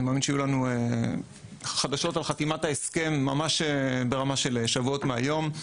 אני מאמין שיהיו לנו חדשות על חתימת ההסכם ממש ברמה של שבועות מהיום.